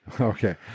Okay